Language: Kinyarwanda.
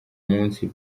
munsi